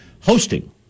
hosting